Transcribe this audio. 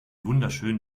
wunderschön